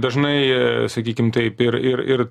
dažnai sakykim taip ir ir ir